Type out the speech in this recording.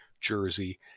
Jersey